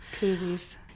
koozies